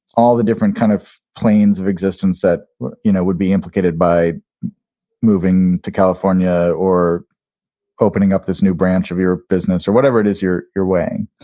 all the different kind of planes of existence that you know would be implicated by moving to california or opening up this new branch of your business or whatever it is that you're weighing